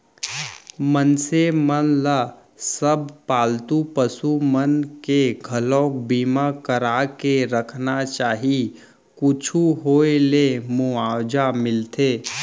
मनसे मन ल सब पालतू पसु मन के घलोक बीमा करा के रखना चाही कुछु होय ले मुवाजा मिलथे